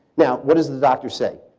now, what does the doctor say?